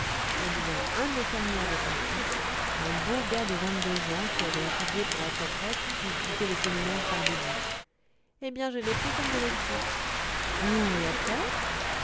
eh bien un de nos fermiers avait un fils un beau gars de vingt-deux ans qui avait étudié pour être prêtre puis quitté le séminaire par dégoût eh bien je l'ai pris comme domestique oh et après